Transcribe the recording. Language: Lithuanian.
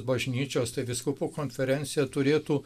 bažnyčios tai vyskupų konferencija turėtų